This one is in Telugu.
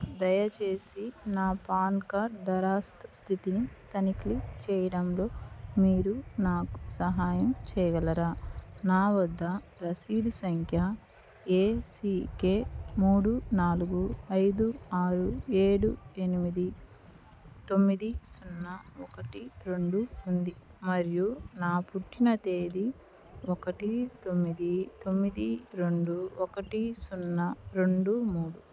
దయచేసి నా పాన్ కార్డ్ దరఖాస్తు స్థితిని తనిఖీ చెయ్యడంలో మీరు నాకు సహాయం చెయ్యగలరా నా వద్ద రసీదు సంఖ్య ఏసీకె మూడు నాలుగు ఐదు ఆరు ఏడు ఎనిమిది తొమ్మిది సున్నా ఒకటి రెండు ఉంది మరియు నా పుట్టిన తేదీ ఒకటి తొమ్మిది తొమ్మిది రెండు ఒకటి సున్నా రెండు మూడు